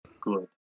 good